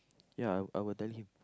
ya I I will tell him